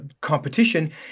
competition